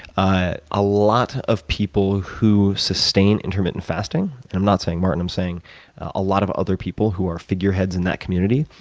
ah a lot of people who sustain intermittent fasting and i'm not saying martin, i'm saying a lot of other people who are figureheads in that community